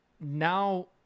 now